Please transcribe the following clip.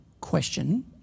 question